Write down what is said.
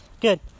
Good